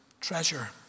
treasure